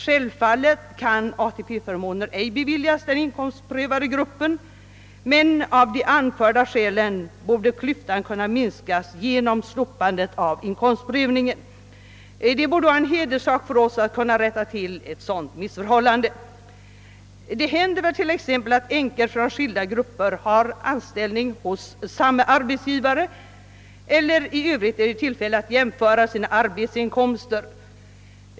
Självfallet kan ATP-förmåner inte beviljas den inkomstprövade gruppen, men klyftan borde kunna minskas genom slopande av inkomstprövning en. Det borde vara en hederssak för oss att rätta till ett sådant missförhåliande. Ibland händer det att änkor från skilda grupper har anställning hos samme arbetsgivare eller på annat sätt är Nr 3 i tillfälle att jämföra sina arbetsinkomster.